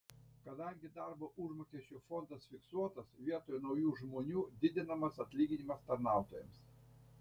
kadangi darbo užmokesčio fondas fiksuotas vietoj naujų žmonių didinamas atlyginimas tarnautojams